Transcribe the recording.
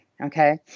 Okay